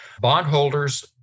Bondholders